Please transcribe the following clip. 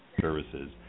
services